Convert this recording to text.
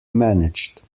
managed